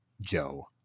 Joe